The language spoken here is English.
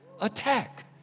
attack